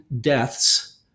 deaths